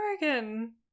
again